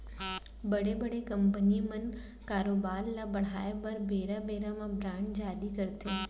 बड़े बड़े कंपनी मन कारोबार ल बढ़ाय बर बेरा बेरा म बांड जारी करथे